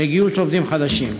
לגיוס עובדים חדשים.